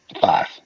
Five